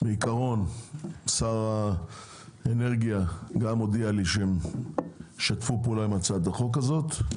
בעיקרון שר האנרגיה גם הודיע לי שהם ישתפו פעולה עם הצעת החוק הזאת,